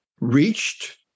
reached